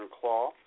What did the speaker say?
Claw